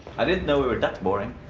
i didn't know we were that boring.